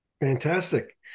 Fantastic